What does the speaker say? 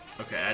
Okay